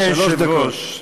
שלוש דקות,